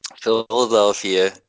Philadelphia